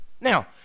Now